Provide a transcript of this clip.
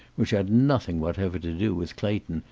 which had nothing whatever to do with clayton,